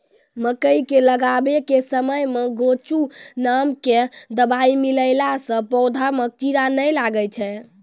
मकई के लगाबै के समय मे गोचु नाम के दवाई मिलैला से पौधा मे कीड़ा नैय लागै छै?